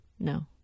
no